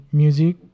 music